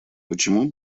почему